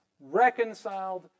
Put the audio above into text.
reconciled